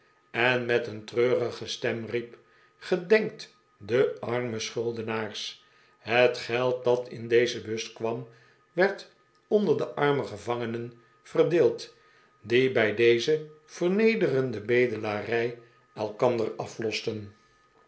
en met een treurige stem riep gedenkt den armen schuldenaars het geld dat in deze bus kwam werd onder de arme gevangenen verdeeld die bij deze vernederende bedelarij elkander aflosten